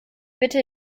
bitte